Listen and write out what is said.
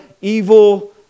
evil